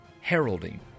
heralding